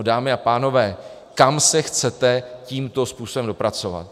No, dámy a pánové, kam se chcete tímto způsobem dopracovat?